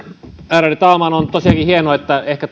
ärade talman on tosiaankin hienoa että ehkä